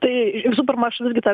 tai visų pirma aš visgi tą